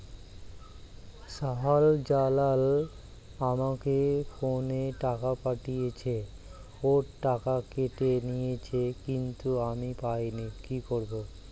শাহ্জালাল আমাকে ফোনে টাকা পাঠিয়েছে, ওর টাকা কেটে নিয়েছে কিন্তু আমি পাইনি, কি করব?